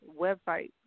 website